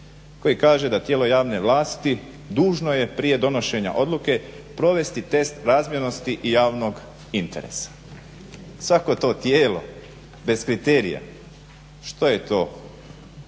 koji kaže da tijelo javne vlasti dužno je prije donošenja odluke provesti test razmjernosti i javnog interesa. Svako to tijelo bez kriterija što je to